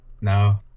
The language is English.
No